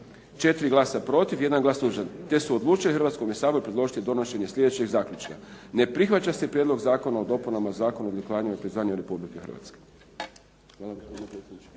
za, 4 glasa protiv i 1 glas suzdržan, te su odlučili Hrvatskom saboru predložiti donošenje slijedećeg zaključka. "Ne prihvaća se Prijedlog zakona o dopunama Zakona o odlikovanjima i priznanjima Republike Hrvatske." Hvala. **Bebić,